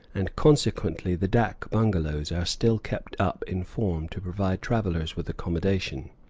and consequently the dak bungalows are still kept up in form to provide travellers with accommodation.